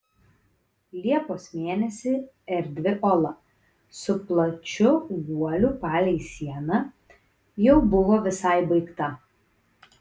liepos mėnesį erdvi ola su plačiu guoliu palei sieną jau buvo visai baigta